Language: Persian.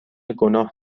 گناه